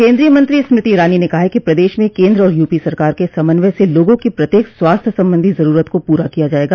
केन्द्रीय मंत्री स्मृति ईरानी ने कहा कि प्रदेश में केन्द्र और यूपी सरकार के समन्वय से लोगों की प्रत्येक स्वास्थ्य संबंधी जरूरत को पूरा किया जायेगा